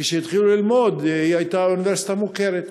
כשהתחילו ללמוד היא הייתה אוניברסיטה מוכרת.